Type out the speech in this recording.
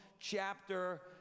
chapter